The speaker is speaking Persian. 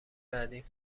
بعدیم